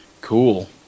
Cool